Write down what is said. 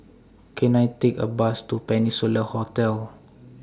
Can I Take A Bus to Peninsula Hotel